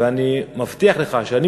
ואני מבטיח לך שאני,